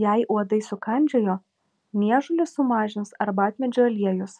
jei uodai sukandžiojo niežulį sumažins arbatmedžio aliejus